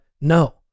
no